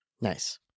Nice